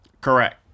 Correct